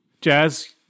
Jazz